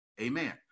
amen